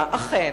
אכן,